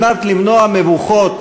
כדי למנוע מבוכות,